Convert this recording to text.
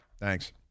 Thanks